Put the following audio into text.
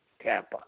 Tampa